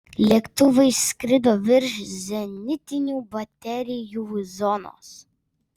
lėktuvai skrido virš zenitinių baterijų zonos